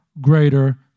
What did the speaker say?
greater